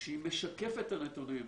שהיא משקפת את הנתונים,